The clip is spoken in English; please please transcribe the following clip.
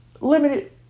limited